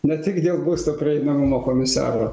ne tik dėl būsto prieinamumo komisaro